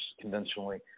conventionally